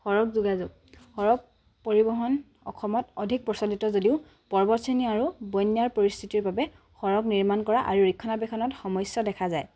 সৰগ যোগাযোগ সৰগ পৰিবহণ অসমত অধিক প্ৰচলিত যদিও পৰ্বতশ্ৰেণী আৰু বন্যাৰ পৰিস্থিতিৰ বাবে সৰগ নিৰ্মাণ কৰা আৰু ৰক্ষণাবেক্ষণত সমস্যা দেখা যায়